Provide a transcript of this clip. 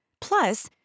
Plus